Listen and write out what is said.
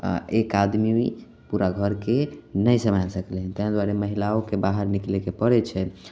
एक आदमी पूरा घरके नहि सम्हलि सकलै हँ ताहि दुआरे महिलाओके बाहर निकलैके पड़ैत छै